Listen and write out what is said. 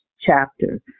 chapter